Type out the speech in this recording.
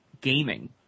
gaming